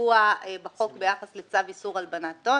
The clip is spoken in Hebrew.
קבוע בחוק ביחס לצו איסור הלבנת הון